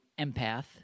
empath